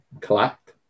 collect